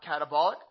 catabolic